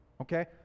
Okay